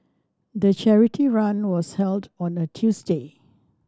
the charity run was held on a Tuesday